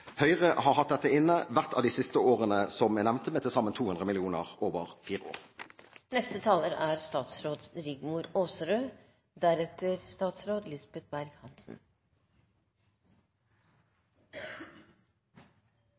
Høyre har hatt dette inne hvert av de siste årene som jeg nevnte, med til sammen 200 mill. kr over fire år. Det er